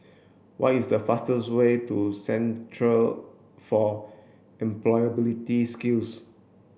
what is the fastest way to Centre for Employability Skills